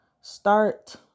start